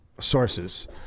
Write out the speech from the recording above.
Sources